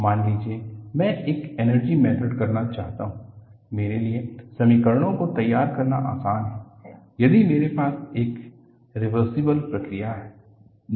मान लीजिए मैं एक एनर्जी मेथड करना चाहता हूं मेरे लिए समीकरणों को तैयार करना आसान है यदि मेरे पास एक रिवर्सिबल प्रक्रिया है